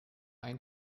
ein